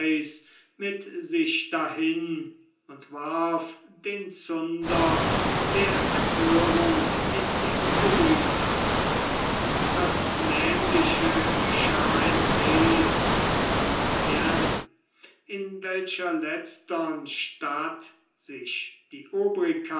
mit sich dahin und warf den zunder der empörung in die gemüther das nämliche geschah in lille und valenciennes in welcher letztern stadt sich die